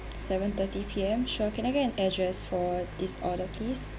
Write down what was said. seven thirty P_M sure can I get an address for this order please